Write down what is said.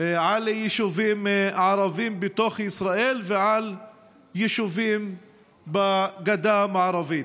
על יישובים ערביים בתוך ישראל ועל יישובים בגדה המערבית: